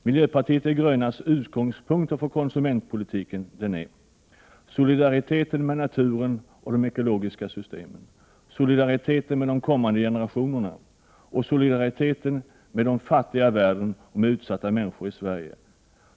Miljöpartiet de grönas utgångspunkter för konsumentpolitiken är: solidariteten med naturen och de ekologiska systemen, solidariteten med de kommande generationerna, solidariteten med de fattiga i världen och med utsatta människor i Sverige.